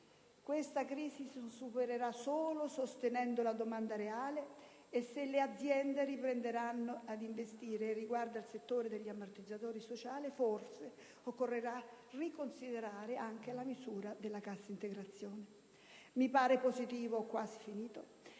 Questa crisi si supererà solo sostenendo la domanda reale e se le aziende riprenderanno ad investire; riguardo al settore degli ammortizzatori sociali, forse occorrerà riconsiderare anche la misura della cassa integrazione. Mi pare positivo, sempre in